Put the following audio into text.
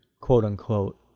quote-unquote